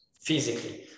physically